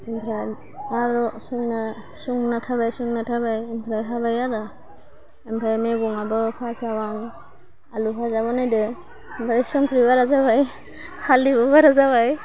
ओमफ्राय आरो संनो संना थाबाय संना थाबाय ओमफ्राय हाबाय आरो ओमफ्राय मैगंआबो फार्ताव आं आलु फाजा बानायदों ओमफ्राय संख्रि बारा जाबाय हालदैबो बारा जाबाय